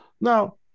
Now